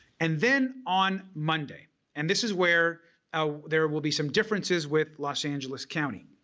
and then on monday and this is where there will be some differences with los angeles county.